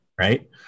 Right